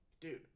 dude